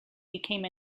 became